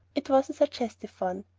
it was a suggestive one.